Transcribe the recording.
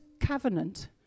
covenant